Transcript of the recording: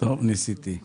הצבעה אושר הרשימה אושרה.